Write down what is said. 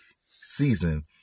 season